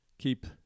keep